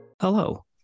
hello